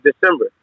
December